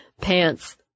pants